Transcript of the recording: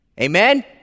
Amen